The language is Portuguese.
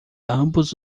ambos